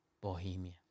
Bohemia